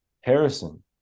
Harrison